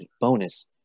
bonus